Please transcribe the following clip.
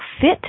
fit